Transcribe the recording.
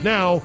Now